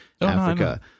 africa